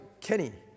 Kenny